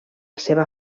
seva